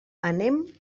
anem